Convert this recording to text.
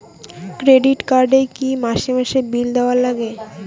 Credit card এ কি মাসে মাসে বিল দেওয়ার লাগে?